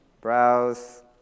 browse